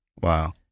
Wow